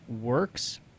works